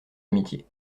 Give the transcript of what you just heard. amitié